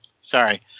Sorry